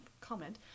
comment